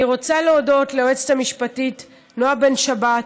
אני רוצה להודות ליועצת המשפטית נעה בן-שבת,